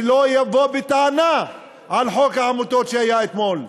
שלא יבוא בטענה על חוק העמותות שהיה אתמול.